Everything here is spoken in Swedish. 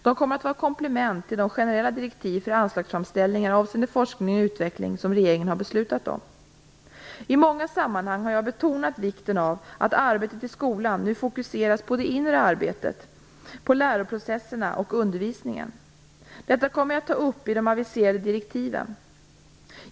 De kommer att vara ett komplement till de generella direktiv för anslagsframställningar avseende forskning och utveckling som regeringen har beslutat om. I många sammanhang har jag betonat vikten av att arbetet i skolan nu fokuseras på det inre arbetet, på läroprocesserna och på undervisningen. Detta kommer jag att ta upp i de aviserade direktiven.